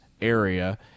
area